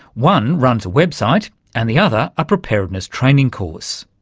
one runs a website and the other a preparedness training course.